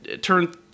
turn